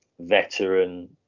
Veteran